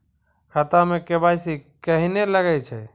खाता मे के.वाई.सी कहिने लगय छै?